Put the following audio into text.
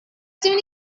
soon